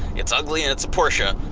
it's ugly and it's a porsche.